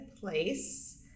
place